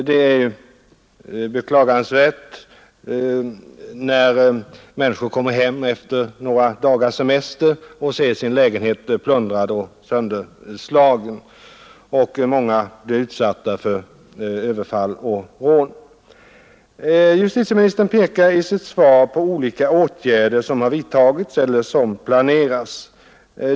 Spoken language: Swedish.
Det är beklagansvärt när människor kommer hem efter några dagars semester och finner sin lägenhet plundrad och sönderslagen. Många blir utsatta för överfall och rån. Justitieministern pekar i sitt svar på olika åtgärder som redan har vidtagits eller planeras.